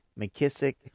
McKissick